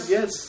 Yes